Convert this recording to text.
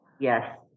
Yes